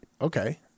Okay